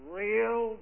real